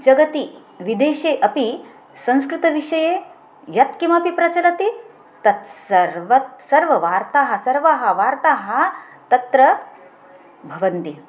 जगति विदेशे अपि संस्कृतविषये यत्किमपि प्रचलति तत् सर्वं सर्ववार्ताः सर्वाः वार्ताः तत्र भवन्ति